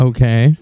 Okay